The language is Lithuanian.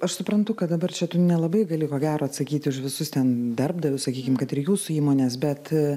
aš suprantu kad dabar čia tu nelabai gali ko gero atsakyti už visus ten darbdavius sakykim kad ir jūsų įmonės bet